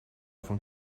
van